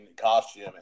costume